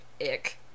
ick